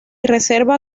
reserva